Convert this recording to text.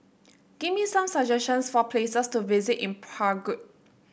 give me some suggestions for places to visit in Prague